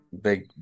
big